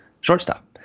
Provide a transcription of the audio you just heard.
shortstop